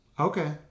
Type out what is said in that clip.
Okay